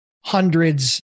hundreds